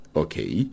okay